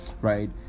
right